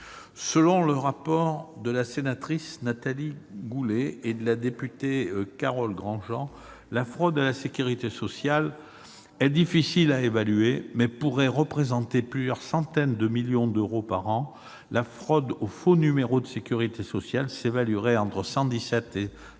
Selon le rapport de la sénatrice Nathalie Goulet et de la députée Carole Grandjean, le coût de la fraude à la sécurité sociale est difficile à évaluer, mais il pourrait s'élever à plusieurs centaines de millions d'euros par an. Le montant de la fraude aux faux numéros de sécurité sociale atteindrait, lui, entre 117 et 138